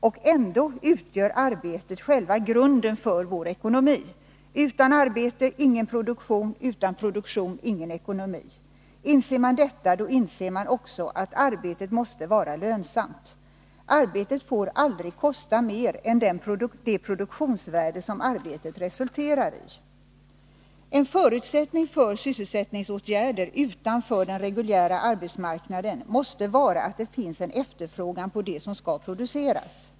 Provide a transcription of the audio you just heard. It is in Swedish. Och ändå utgör arbetet själva grunden för vår ekonomi — utan arbete ingen produktion, utan produktion ingen ekonomi. Inser man detta, då inser man också att arbetet måste vara lönsamt. Arbetet får aldrig kosta mer än det produktionsvärde som det resulterar i. En förutsättning för sysselsättningsskapande åtgärder utanför den reguljära arbetsmarknaden måste vara att det finns en efterfrågan på det som skall produceras.